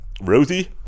Rosie